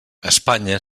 espanya